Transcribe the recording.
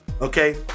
okay